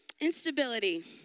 Instability